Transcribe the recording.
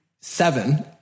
seven